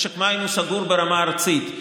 משק המים סגור ברמה ארצית.